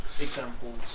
examples